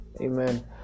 amen